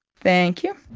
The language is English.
thank you.